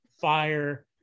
fire